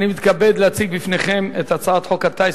אני מתכבד להציג בפניכם את הצעת חוק הטיס,